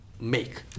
make